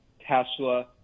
Tesla